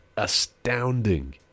astounding